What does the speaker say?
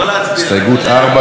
ההסתייגות של קבוצת סיעת